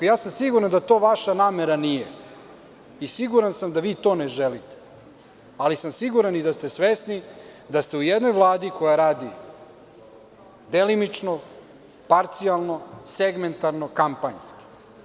Siguran sam da to nije vaša namera i siguran sam da vi to ne želite, ali sam siguran i da ste svesni da ste u jednoj Vladi koja radi delimično, parcijalno, segmentarno, kampanjski.